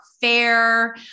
fair